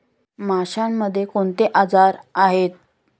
माशांमध्ये कोणते आजार आहेत?